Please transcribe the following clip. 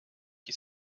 qui